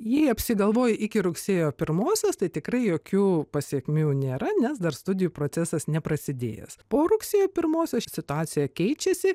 jei apsigalvojo iki rugsėjo pirmosios tai tikrai jokių pasekmių nėra nes dar studijų procesas neprasidėjęs po rugsėjo pirmosios situacija keičiasi